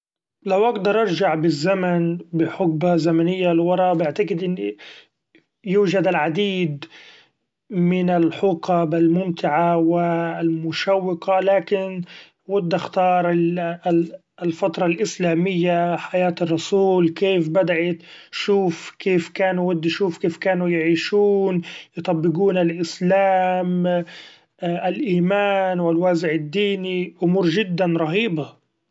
لو اقدر ارجع بالزمن بحقبة زمنية لورا بعتقد اني يوجد العديد من الحقب الممتعة و المشوقة ، لكن ودي اختار الفترة الإسلامية حياة الرسول كيف بدأ شوف كيف كان ودي شوف كيف كانو يعيشون ، يطبقون الإسلام الإيمان و الوازع الديني أمور جدا رهيبة.